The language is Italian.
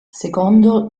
secondo